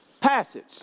passage